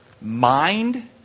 mind